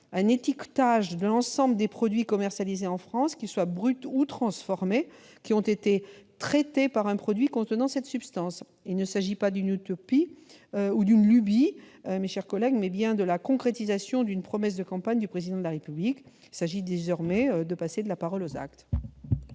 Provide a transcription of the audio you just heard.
un étiquetage de l'ensemble des produits commercialisés en France, qu'ils soient bruts ou transformés, qui ont été traités par un produit contenant cette substance. Il s'agit non pas d'une utopie ou d'une lubie, mes chers collègues, mais bien de la concrétisation d'une promesse de campagne du Président de la République. Il s'agit désormais de passer de la parole aux actes.